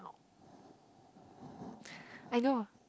I know